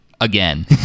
again